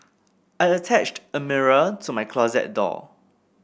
I attached a mirror to my closet door